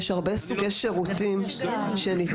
יש הרבה סוגי שירותים שניתנים.